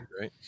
Right